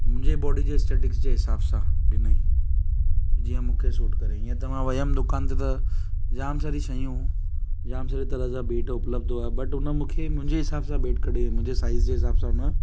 मुंहिंजे बॉडी जे स्टैटिक्स जे हिसाब सां ॾिनई जीअं मूंखे सूट करई ईअं त मां वयमि दुकान ते त जाम सारी शयूं जाम सुठे तरह सां बैट उपलब्ध हुया बट उन मूंखे मुंहिंजे हिसाब सां बैट कढी मुंहिंजे साइज़ जे हिसाब सां मां